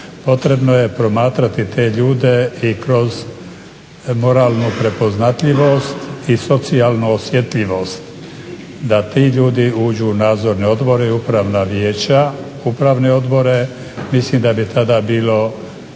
potrebno je promatrati te ljude i kroz moralnu prepoznatljivost i socijalnu osjetljivost da ti ljudi uđu u nadzorne odbore i upravna vijeća, upravne odbore mislim da bi tada bilo